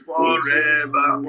forever